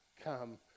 come